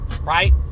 right